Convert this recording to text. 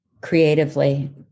creatively